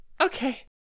okay